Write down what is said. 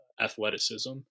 athleticism